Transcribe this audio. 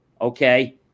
okay